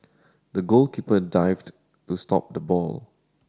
the goalkeeper dived to stop the ball